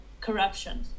corruption